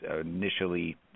initially